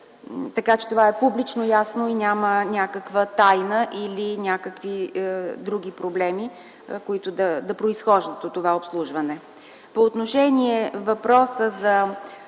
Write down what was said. Така че това е публично, ясно и няма някаква тайна или някакви други проблеми, които да произхождат от това обслужване. По отношение въпроса за